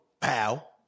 pal